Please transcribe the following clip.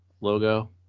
logo